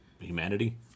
humanity